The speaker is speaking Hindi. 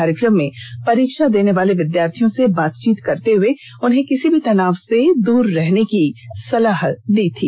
कार्यक्रम में परीक्षा देने वाले विद्यार्थियों से बातचीत करते हुए उन्हें किसी भी तनाव से दूर रहने की सलाह दी थी